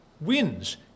wins